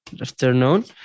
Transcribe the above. afternoon